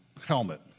helmet